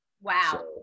Wow